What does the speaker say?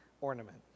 ornament